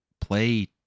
play